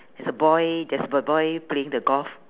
there's a boy there's boy boy playing the golf